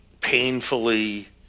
painfully